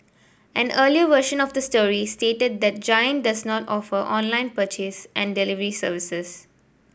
an earlier version of the story stated that Giant does not offer online purchase and delivery services